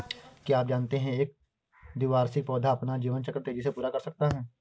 क्या आप जानते है एक द्विवार्षिक पौधा अपना जीवन चक्र तेजी से पूरा कर सकता है?